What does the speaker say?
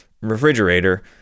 refrigerator